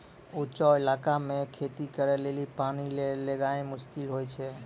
ऊंचो इलाका मे खेती करे लेली पानी लै गेनाय मुश्किल होय छै